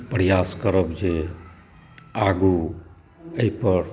प्रयास करब जे आगू एहिपर